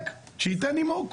שייתן נימוק.